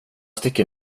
sticker